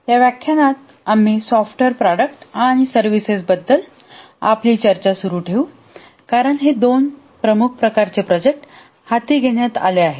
या व्याख्यानात आम्ही सॉफ्टवेअर प्रॉडक्ट आणि सर्व्हिसेसबद्दल आपली चर्चा सुरू ठेवू कारण हे दोन प्रमुख प्रकारचे प्रोजेक्ट हाती घेण्यात आले आहेत